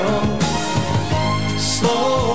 Slow